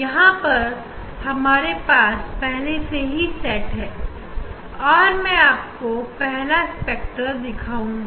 यहां पर हमारे पास पहले से ही तैयार है अब मैं आपको स्पेक्ट्रा दिखाऊंगा